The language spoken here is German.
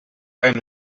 eine